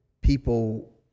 people